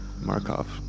Markov